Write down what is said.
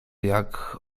jak